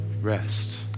rest